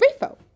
refo